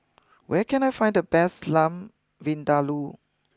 where can I find the best Lamb Vindaloo